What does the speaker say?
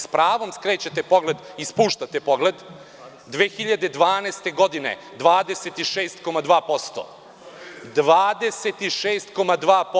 S pravom skrećete i spuštate pogled,2012. godine 26,2%